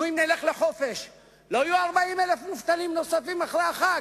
אם נלך לחופש לא יהיו 40,000 מובטלים נוספים אחרי החג?